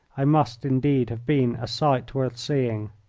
i must indeed have been a sight worth seeing.